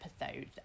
episode